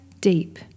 deep